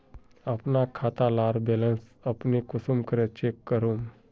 अपना खाता डार बैलेंस अपने कुंसम करे चेक करूम?